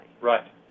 Right